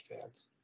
fans